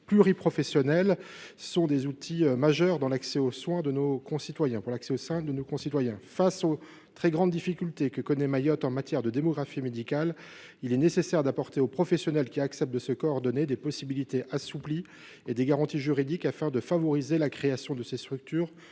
pluriprofessionnelles (MSP) sont des outils majeurs pour l’accès aux soins de nos concitoyens. Face aux très grandes difficultés que connaît Mayotte en matière de démographie médicale, il est nécessaire d’apporter aux professionnels qui acceptent de se coordonner des possibilités assouplies et des garanties juridiques afin de favoriser la création de ces structures